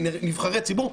נבחרי הציבור.